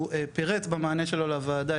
הוא פירט במענה שלו לוועדה,